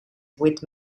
with